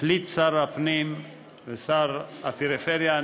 החליט שר הפנים ושר הפריפריה,